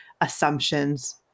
assumptions